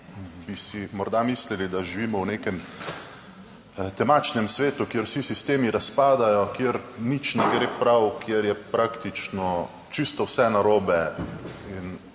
bi si morda mislili, da živimo v nekem temačnem svetu, kjer vsi sistemi razpadajo, kjer nič ne gre prav, kjer je praktično čisto vse narobe in